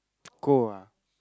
cold ah